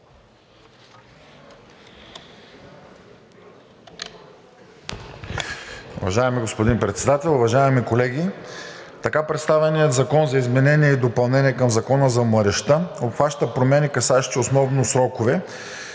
Уважаеми господин Председател, уважаеми колеги! Така представеният Законопроект за изменение и допълнение към Закона за младежта обхваща промени, касаещи основно срокове,